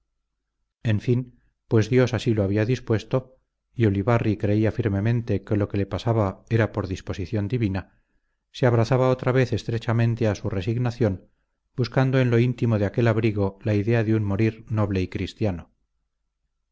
en fin pues dios así lo había dispuesto se abrazaba otra vez estrechamente a su resignación buscando en lo íntimo de aquel abrigo la idea de un morir noble y cristiano